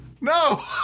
No